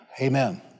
Amen